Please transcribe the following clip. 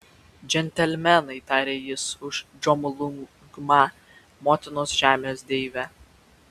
džentelmenai tarė jis už džomolungmą motinos žemės deivę